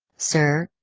sir?